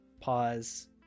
pause